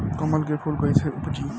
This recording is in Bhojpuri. कमल के फूल कईसे उपजी?